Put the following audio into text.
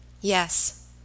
Yes